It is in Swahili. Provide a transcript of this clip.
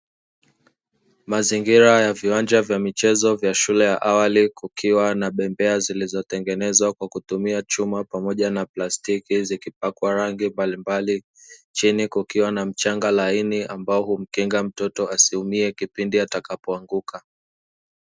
Mazingira ya viwanja vya michezo vya shule ya awali, kukiwa na bembea zilizotengenezwa kwa kutumia chuma pamoja na plastiki zikipakwa rangi mbalimbali, chini kukiwa na mchanga laini ambao humkinga mtoto asiumie kipindi atakapoanguka.